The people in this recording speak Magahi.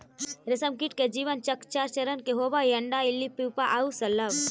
रेशमकीट के जीवन चक्र चार चरण के होवऽ हइ, अण्डा, इल्ली, प्यूपा आउ शलभ